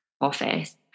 office